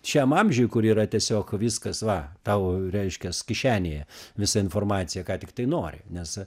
šiam amžiui kur yra tiesiog viskas va tau reiškias kišenėje visa informacija ką tiktai nori nes